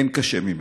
אין קשה ממנו.